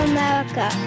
America